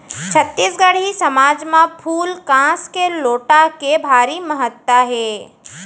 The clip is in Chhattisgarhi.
छत्तीसगढ़ी समाज म फूल कांस के लोटा के भारी महत्ता हे